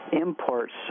imports